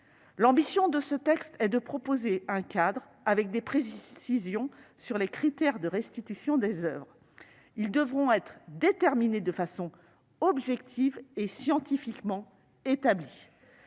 L'ambition de ce texte est de proposer un cadre précisant clairement les critères de restitution des oeuvres. Ceux-ci devront être déterminés de façon objective et scientifiquement établis.